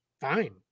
fine